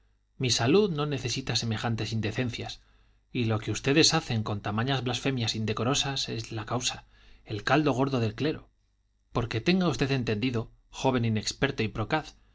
mi salud no necesita de semejantes indecencias y lo que ustedes hacen con tamañas blasfemias indecorosas es la causa el caldo gordo del clero porque tenga usted entendido joven inexperto y procaz